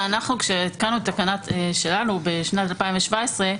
שאנחנו כשהתקנו את התקנות שלנו בשנת 2017,